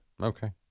Okay